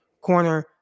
corner